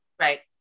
right